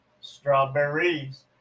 Strawberries